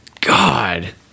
God